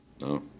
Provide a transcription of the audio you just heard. No